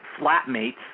flatmates